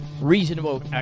reasonable